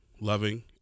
loving